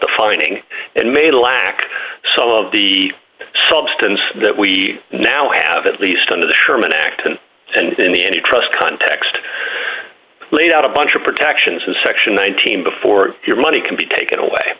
the finding and may lack some of the substance that we now have at least under the sherman act and in the any trust context laid out a bunch of protections in section one thousand before your money can be taken away